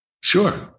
Sure